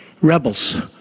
rebels